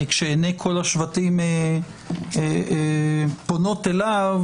כשעיני כל השבטים פונות אליו,